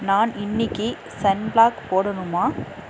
நான் இன்னிக்கு சன்பிளாக் போடணுமா